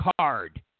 card